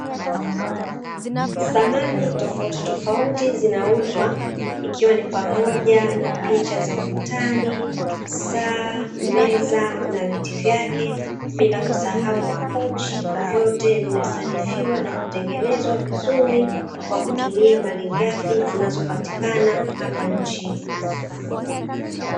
Samani tofauti tofauti zinauzwa ikiwa ni pamoja na picha za ukutani saa, meza na viti vyake bila kusahau makochi, vyote vimesanifiwa na kutengenezwa vizuri kwa kutumia malighafi zinazopatikana hapa nchini.